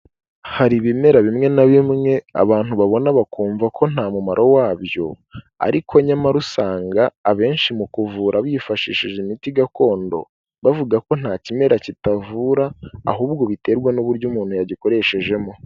Hari ibimera bimwe na bimwe abantu babona bakumva ko nta mumaro wa byo, ariko nyamara usanga abenshi mu kuvura bifashishije imiti gakondo bavuga ko nta kimera kitavura ahubwo biterwa n'uburyo umuntu yagikoreshejemo.